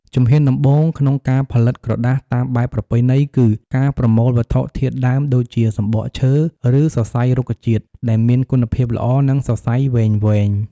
ជំហានដំបូង ក្នុងការផលិតក្រដាសតាមបែបប្រពៃណីគឺ ការប្រមូលវត្ថុធាតុដើម ដូចជាសំបកឈើ ឬសរសៃរុក្ខជាតិ ដែលមាន គុណភាពល្អ និងសរសៃវែងៗ។